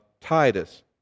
Titus